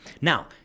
Now